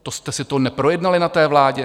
To jste si to neprojednali na vládě?